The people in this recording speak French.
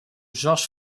georges